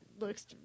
looks